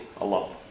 alone